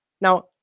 Now